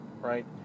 right